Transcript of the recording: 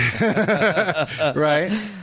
right